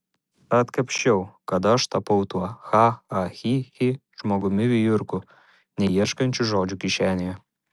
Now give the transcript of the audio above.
atkapsčiau kada aš tapau tuo cha cha chi chi žmogumi vijurku neieškančiu žodžio kišenėje